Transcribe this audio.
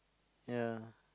ya